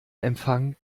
empfang